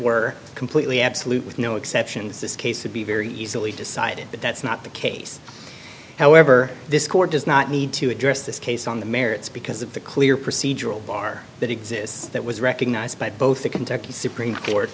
were completely absolute with no exceptions this case would be very easily decided but that's not the case however this court does not need to address this case on the merits because of the clear procedural bar that exists that was recognized by both the kentucky supreme court